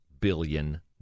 billion